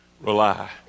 rely